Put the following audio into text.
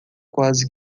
quase